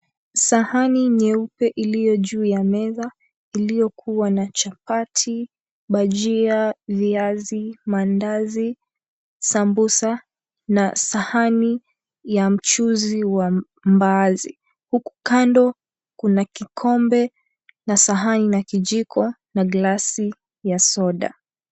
Sahani nyeupe iliyo juu ya meza ilyokuwa na chapati, bhajia, viazi, maandazi, sambusa na sahani ya mchuzi wa mbaazi huku kando kuna kikombe na sahani na kijiko na glasi ya soda.